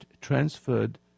transferred